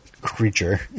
creature